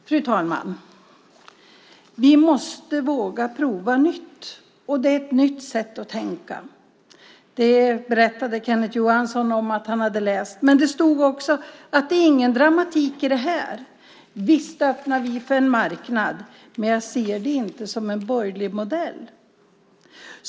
Fru talman! Vi måste våga prova nytt. Det är ett nytt sätt att tänka. Det berättade Kenneth Johansson att han hade läst. I artikeln sägs också: Det är inte någon dramatik i detta. Visst öppnar vi för en marknad, men man ser det inte som en borgerlig modell.